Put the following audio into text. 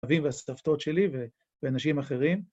‫הסבים והסבתות שלי ואנשים אחרים.